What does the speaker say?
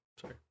Sorry